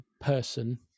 person